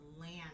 land